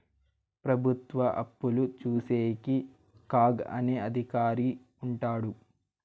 ప్రభుత్వ అప్పులు చూసేకి కాగ్ అనే అధికారి ఉంటాడు